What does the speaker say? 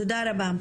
תודה רבה.